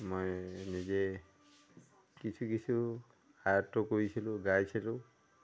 মই নিজে কিছু কিছু আয়ত্ব কৰিছিলোঁ গাইছিলোঁ